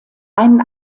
einen